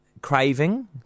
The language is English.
craving